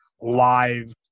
live